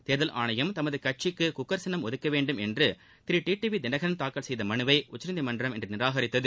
தேர்தல் ஆணையம் தமது கட்சிக்கு குக்கர் சின்னம் ஒதுக்க வேண்டும் என்று Thiru T T V Dhinakaran தாக்கல் செய்த மனுவை உச்சநீதிமன்றம் இன்று நிராகரித்தது